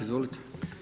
Izvolite.